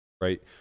right